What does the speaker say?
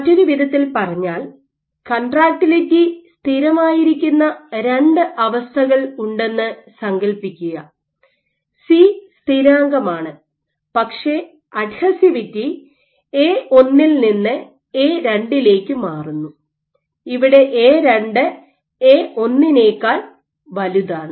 മറ്റൊരു വിധത്തിൽ പറഞ്ഞാൽ കൺട്രാക്റ്റിലിറ്റി സ്ഥിരമായിരിക്കുന്ന രണ്ട് അവസ്ഥകൾ ഉണ്ടെന്ന് സങ്കൽപ്പിക്കുക സി സ്ഥിരാങ്കമാണ് പക്ഷേ അഡ്ഹസിവിറ്റി A1 ൽ നിന്ന് A2 ലേക്ക് മാറുന്നു ഇവിടെ എ2 എ1 നേക്കാൾ വലുതാണ്